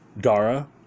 Dara